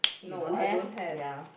you don't have ya